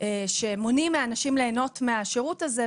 שמונעים מהאנשים ליהנות מהשירות הזה,